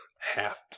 half